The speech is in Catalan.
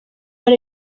per